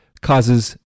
causes